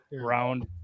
Round